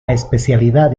especialidad